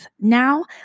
Now